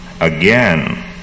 again